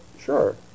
Sure